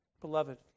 Beloved